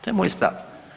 To je moj stav.